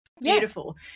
Beautiful